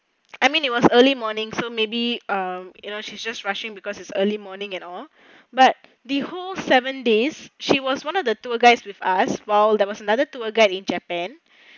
I mean it was early morning so maybe um you know she's just rushing because it's early morning at all but the whole seven days she was one of the tour guides with us while there was another tour guide in japan